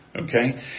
Okay